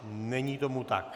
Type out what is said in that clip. Není tomu tak.